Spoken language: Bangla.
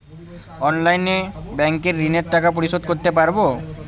অনলাইনে ব্যাংকের ঋণের টাকা পরিশোধ করতে পারবো?